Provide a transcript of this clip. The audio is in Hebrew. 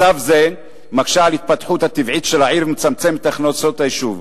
מצב זה מקשה על ההתפתחות הטבעית של העיר ומצמצם את הכנסות היישוב.